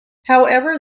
however